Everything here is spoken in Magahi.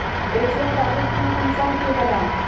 ए.टी.एम कार्डेर पिन कुंसम के बनाम?